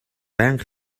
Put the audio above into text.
байнга